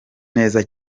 neza